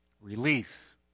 Release